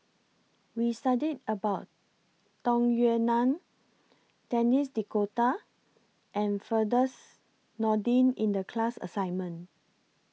We studied about Tung Yue Nang Denis D'Cotta and Firdaus Nordin in The class assignment